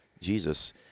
Jesus